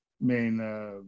main